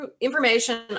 information